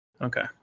Okay